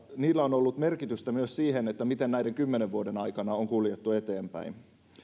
niillä on ollut merkitystä myös siinä miten näiden kymmenen vuoden aikana on kuljettu eteenpäin